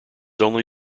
only